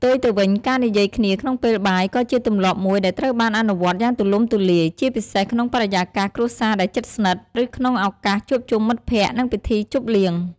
ផ្ទុយទៅវិញ ការនិយាយគ្នាក្នុងពេលបាយ ក៏ជាទម្លាប់មួយដែលត្រូវបានអនុវត្តយ៉ាងទូលំទូលាយ ជាពិសេសក្នុងបរិយាកាសគ្រួសារដែលជិតស្និទ្ធ ឬក្នុងឱកាសជួបជុំមិត្តភក្តិ និងពិធីជប់លៀង។